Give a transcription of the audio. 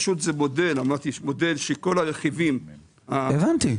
פשוט זה מודל שכל הרכיבים האלה --- הבנתי.